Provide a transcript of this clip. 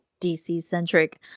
dc-centric